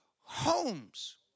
homes